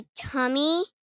tummy